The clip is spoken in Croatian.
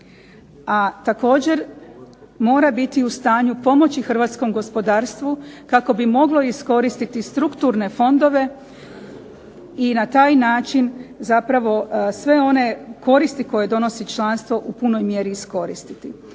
A također mora biti u stanju pomoći hrvatskom gospodarstvu kako bi moglo iskoristiti strukturne fondove i na taj način zapravo sve one koristi koje donosi članstvo u punoj mjeri iskoristiti.